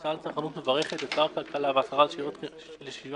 המועצה לצרכנות מברכת את שר הכלכלה והשרה לשוויון חברתי